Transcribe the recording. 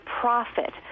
profit